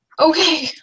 Okay